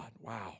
Wow